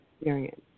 experience